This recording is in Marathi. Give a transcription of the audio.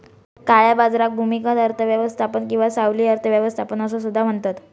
काळ्या बाजाराक भूमिगत अर्थ व्यवस्था किंवा सावली अर्थ व्यवस्था असो सुद्धा म्हणतत